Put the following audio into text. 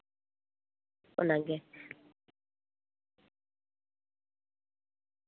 ᱚᱱᱟᱜᱮ